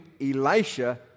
Elisha